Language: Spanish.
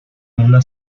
una